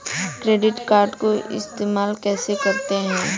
Credit card को इस्तेमाल कैसे करते हैं?